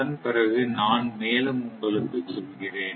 அதன்பிறகு நான் மேலும் உங்களுக்குச் சொல்கிறேன்